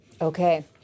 Okay